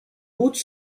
routes